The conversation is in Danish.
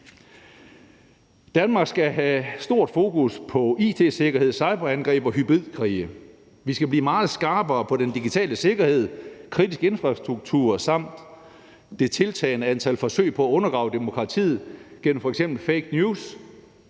Danmark skal have stort fokus på it-sikkerhed, cyberangreb og hybridkrige, og vi skal blive meget skarpere på den digitale sikkerhed, kritisk infrastruktur samt det tiltagende antal forsøg på at undergrave demokratiet gennem f.eks. fake news,